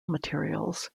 materials